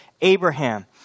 Abraham